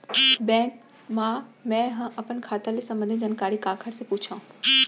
Bank मा मैं ह अपन खाता ले संबंधित जानकारी काखर से पूछव?